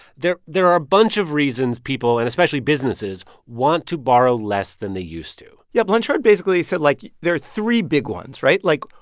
there there are a bunch of reasons people, and especially businesses, want to borrow less than they used to yeah. blanchard basically said, like, there are three big ones, right? like,